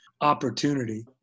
opportunity